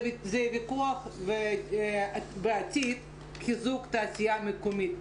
ויכוח בעתיד - חיזוק תעשייה מקומית.